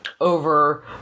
over